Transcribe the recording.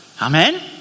Amen